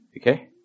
okay